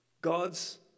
God's